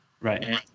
Right